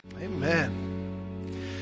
Amen